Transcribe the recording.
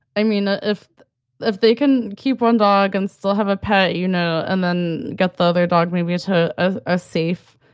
i mean, ah if if they can keep one dog and still have a pet, you know, and then got the other dog, maybe it's her of ah a safe,